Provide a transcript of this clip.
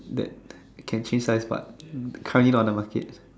that can change size but currently not on the market